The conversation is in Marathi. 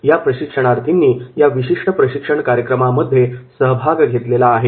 या प्रशिक्षणार्थींनी या विशिष्ट प्रशिक्षण कार्यक्रमांमध्ये सहभाग घेतलेला आहे